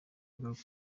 ingaruka